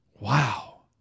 Wow